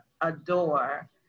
adore